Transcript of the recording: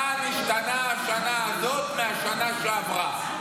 במה נשתנה השנה הזאת מהשנה שעברה.